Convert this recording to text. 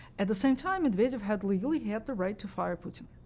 at the same time, medvedev had legally, he had the right to fire putin.